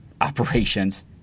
operations